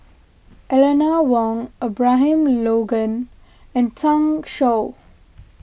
Eleanor Wong Abraham Logan and Zhang Shuo